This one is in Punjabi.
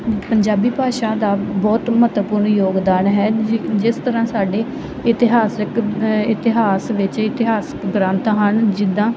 ਪੰਜਾਬੀ ਭਾਸ਼ਾ ਦਾ ਬਹੁਤ ਮਹੱਤਵਪੂਰਨ ਯੋਗਦਾਨ ਹੈ ਜਿਸ ਜਿਸ ਤਰ੍ਹਾਂ ਸਾਡੇ ਇਤਿਹਾਸਿਕ ਇਤਿਹਾਸ ਵਿੱਚ ਇਤਿਹਾਸਕ ਗ੍ਰੰਥ ਹਨ ਜਿੱਦਾਂ